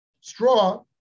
Straw